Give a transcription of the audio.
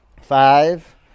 Five